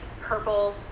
purple